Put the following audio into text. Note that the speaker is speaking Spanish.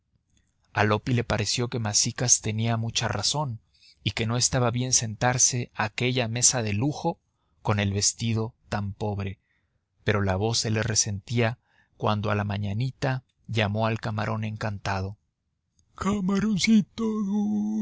a loppi le pareció que masicas tenía mucha razón y que no estaba bien sentarse a aquella mesa de lujo con el vestido tan pobre pero la voz se le resistía cuando a la mañanita llamó al camarón encantado p camaroncito